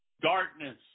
darkness